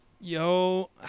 Yo